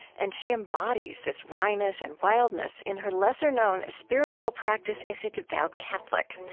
and she embodies this wryness and wildness in her lesser-known spiritual practice as a devout catholic,